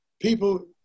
people